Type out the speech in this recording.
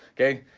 okay.